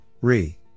re